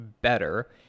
better